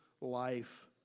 life